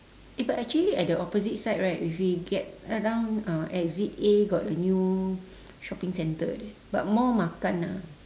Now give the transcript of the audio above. eh but actually at the opposite side right if we get around uh exit A got a new shopping center like that but more makan ah